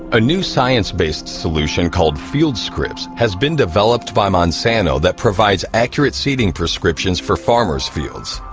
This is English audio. a new science-based solution called fieldscripts has been developed by monsanto that provides accurate seeding prescriptions for farmers' fields.